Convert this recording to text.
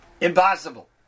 impossible